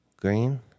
Green